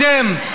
אתם.